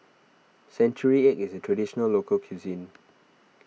Century Egg is a Traditional Local Cuisine